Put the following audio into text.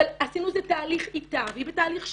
אבל עשינו איזה תהליך איתה והיא בתהליך שיפור.